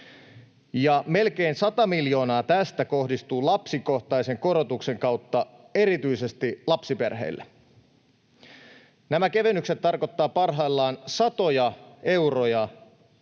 melkein 100 miljoonaa tästä kohdistuu lapsikohtaisen korotuksen kautta erityisesti lapsiperheille. Nämä kevennykset tarkoittavat parhaillaan satoja euroja